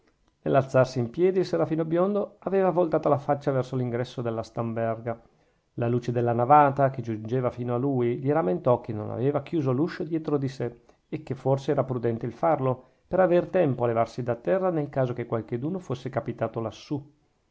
nell'alzarsi in piedi il serafino biondo aveva voltata la faccia verso l'ingresso della stamberga la luce della navata che giungeva fino a lui gli rammentò che non aveva chiuso l'uscio dietro di sè e che forse era prudente il farlo per aver tempo a levarsi da terra nel caso che qualcheduno fosse capitato lassù